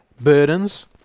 burdens